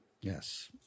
Yes